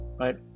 right